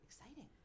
Exciting